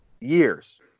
years